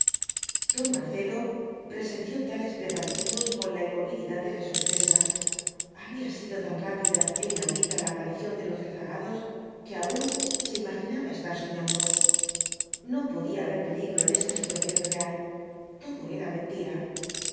don marcelo presenció tales preparativos con la inmovilidad de la sorpresa había sido tan rápida é inaudita la aparición de los rezagados que aun se imaginaba estar soñando no podía halber peligro en esta situación irreal todo era mentira